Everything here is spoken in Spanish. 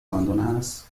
abandonadas